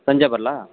ಸಂಜೆ ಬರ್ಲಾ